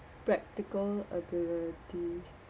practical ability